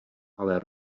ale